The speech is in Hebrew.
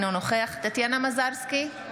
אינו נוכח טטיאנה מזרסקי,